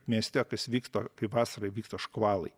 mieste kas vyksta kai vasarą įvyksta škvalai